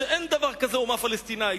בשארה: אין דבר כזה אומה פלסטינית.